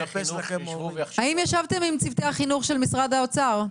האם ישבתם עם צוותים של האוצר?